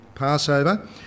Passover